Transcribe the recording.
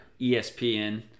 ESPN